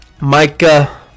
Micah